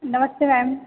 नमस्ते मैम